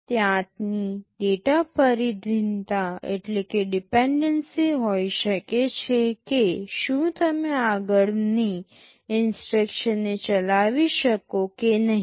ત્યાંની ડેટા પરાધીનતા હોઈ શકે છે કે શું તમે આગળની ઇન્સટ્રક્શનને ચલાવી શકો કે નહીં